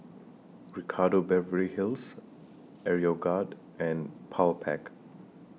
Ricardo Beverly Hills Aeroguard and Powerpac